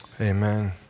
Amen